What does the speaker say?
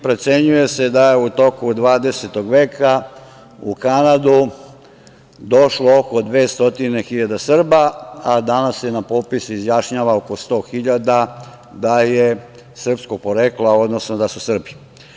Procenjuje se da je u toku 20. veka u Kanadu došlo oko 200.000 Srba, a danas se na popis izjašnjava oko 100.000 da je srpskog porekla, odnosno da su Srbi.